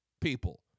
people